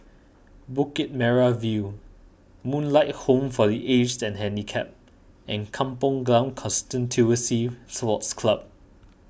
Bukit Merah View Moonlight Home for the Aged and Handicapped and Kampong Glam Constituency Sports Club